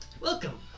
Welcome